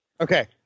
okay